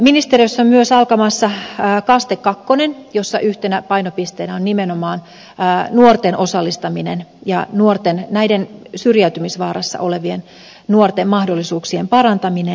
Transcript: ministeriössä on myös alkamassa kaste kakkonen jossa yhtenä painopisteenä on nimenomaan nuorten osallistaminen ja näiden syrjäytymisvaarassa olevien nuorten mahdollisuuksien parantaminen